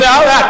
זה "אאוטינג"